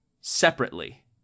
separately